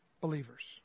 believers